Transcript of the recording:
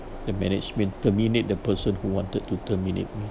the management terminate the person who wanted to terminate me